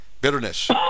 bitterness